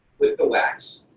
with the wax.